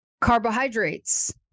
Carbohydrates